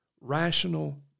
rational